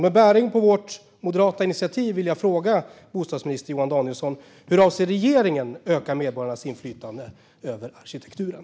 Med anledning av vårt moderata initiativ vill jag fråga bostadsminister Johan Danielsson: Hur avser regeringen att öka medborgarnas inflytande över arkitekturen?